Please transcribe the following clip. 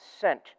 sent